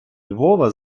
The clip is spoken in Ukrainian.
львова